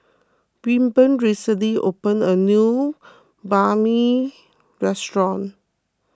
Wilburn recently opened a new Banh Mi restaurant